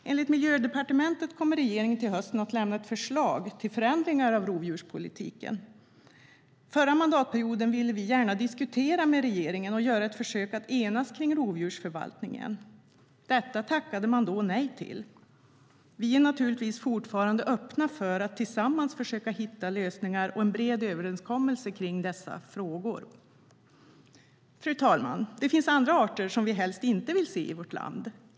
Enligt Miljödepartementet kommer regeringen till hösten att lämna ett förslag till förändringar av rovdjurspolitiken. Förra mandatperioden ville vi gärna diskutera med regeringen och göra ett försök att enas kring rovdjursförvaltningen. Detta tackade man nej till. Vi är naturligtvis fortfarande öppna för att tillsammans försöka hitta lösningar och en bred överenskommelse kring dessa frågor. Fru talman! Det finns arter vi helst inte vill se i vårt land.